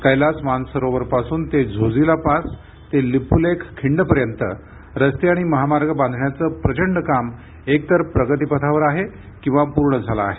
कैलास मानसरोवर पासून ते झोजिला पास ते लिपुलेख खिंडपर्यंत रस्ते आणि महामार्ग बांधण्याचं प्रचंड काम एकतर प्रगतीपथावर आहे किंवा पूर्ण झालं आहे